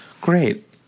Great